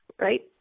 right